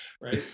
Right